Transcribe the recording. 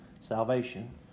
salvation